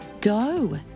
go